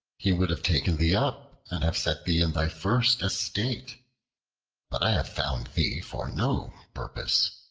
he would have taken thee up, and have set thee in thy first estate but i have found thee for no purpose.